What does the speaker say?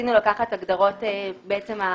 רצינו לקחת הגדרות בסיסיות.